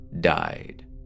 died